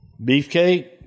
Beefcake